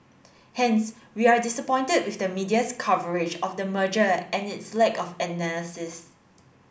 hence we are disappointed with the media's coverage of the merger and its lack of analysis